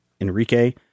Enrique